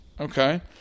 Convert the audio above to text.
Okay